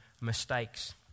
mistakes